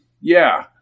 Yeah